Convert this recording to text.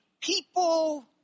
people